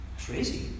crazy